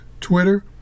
Twitter